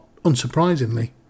unsurprisingly